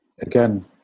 again